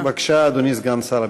בבקשה, אדוני סגן שר הביטחון.